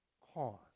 cause